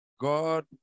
God